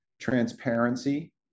transparency